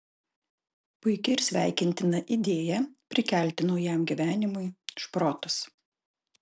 puiki ir sveikintina idėja prikelti naujam gyvenimui šprotus